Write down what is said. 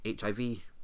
HIV